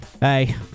Hey